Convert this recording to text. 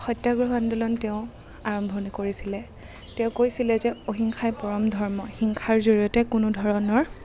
সত্যাগ্ৰহ আন্দোলন তেওঁ আৰম্ভণি কৰিছিলে তেওঁ কৈছিলে যে অহিংসাই পৰম ধৰ্ম হিংসাৰ জৰিয়তে কোনো ধৰণৰ